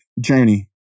journey